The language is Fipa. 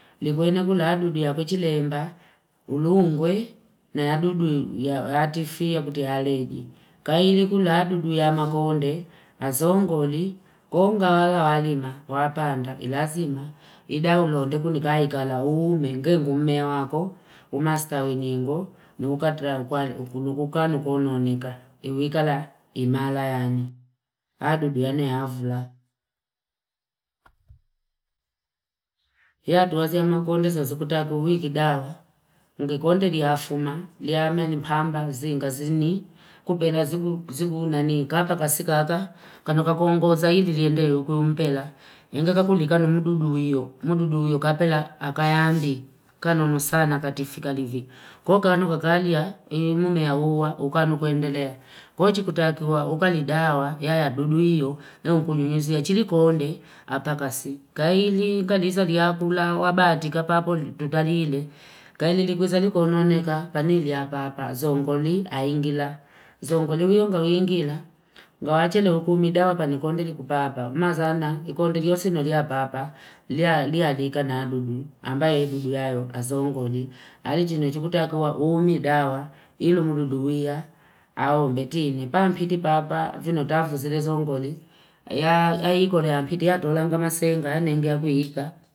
Likwenye kula hadudu ya kuchilemba, ulungwe na yadudu ya atifia kutihalegi. Kairi kula hadudu ya makonde, asongoli, konga wala walima, wapanda, ilazima. Idaulote kunika ikala ume, ngegu ume wako, umaskawi nyingo, ni ukatra, ukulukuka, nukononika. Iwikala imala yani. Hadudu yane yafla. Ya tuwazi ya makonde zaozi kutaku wiki dawa. Mkikonde liyafuma, liyame ni mhamba, zingazini. Kupena ziguna ni kapa kasi kaka. Kano kakongo za hili liende ukuumpela. Ngenge kakuli kano umududu hiyo. Umududu hiyo kapela akayandi. Kano nosana katifika livi. Koko kano kakali ya mume ya huwa, ukano kuendelea. Kochi kutaki huwa, ukali dawa, ya yadudu hiyo, na ukunyuzia chilikonde, apakasi. Kaili kadisa diapula, wabatika papo tutanile. Kaili dikuzali kononeka panili ya papa. Zongoli, aingila. Zongoli wiyonga uingila. Ngawachele ukuumidawa panikondili kupapa. Mazana, ikondili yosino liya papa. Liya adika na yadudu. Ambaye yadudu hiyo, azongoli. Arichini uchukutakuwa uumidawa. Ilumurudu hiya. Awambetini. Paampiti papa. Kino tafuzile zongoli. Yaakoli ampiti yatulanga masendani.